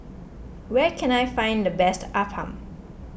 where can I find the best Appam